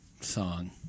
song